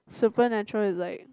Supernatural is like